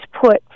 put